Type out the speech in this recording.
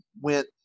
went